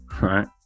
right